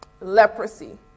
leprosy